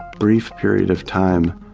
brief period of time,